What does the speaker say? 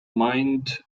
mind